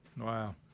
Wow